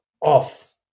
off